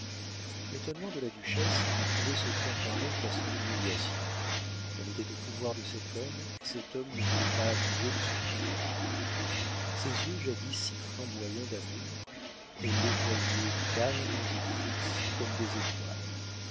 l'étonnement de la duchesse ne pouvait se comparer qu'à son humiliation elle était au pouvoir de cet homme et cet homme ne voulait pas abuser de son pouvoir ces yeux jadis si flamboyants d'amour elle les voyait calmes et fixes comme des étoiles